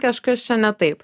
kažkas čia ne taip